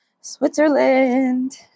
Switzerland